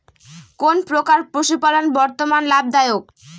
কোন প্রকার পশুপালন বর্তমান লাভ দায়ক?